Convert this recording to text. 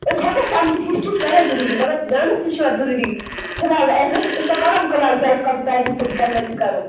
أسۍ ہیٚکو سمجِِتھ ہسٹری چھُ واریاہ ضروٗری مگر ڈانس تہِ چھُ اتھ ضروری فِلحال ایز اِف کَنوینٕس کَرو